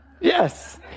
Yes